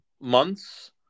months